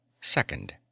Second